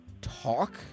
talk